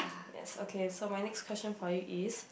yes okay so my next question for you is